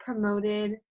promoted